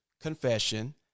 confession